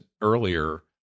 earlier